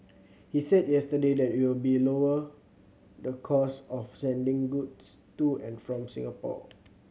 he said yesterday that it will lower the cost of sending goods to and from Singapore